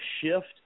shift